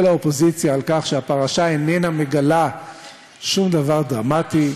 האופוזיציה מכך שהפרשה איננה מגלה שום דבר דרמטי,